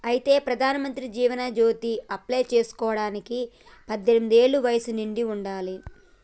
అయితే ప్రధానమంత్రి జీవన్ జ్యోతి అప్లై చేసుకోవడానికి పద్దెనిమిది ఏళ్ల వయసు నిండి ఉండాలి